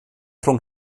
rhwng